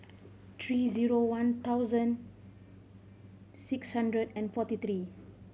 three zero one thousand six hundred and forty three